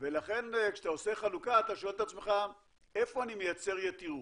ולכן כשאתה עושה חלוקה אתה שואל את עצמך איפה אני מייצר יתירות.